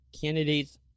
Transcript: candidates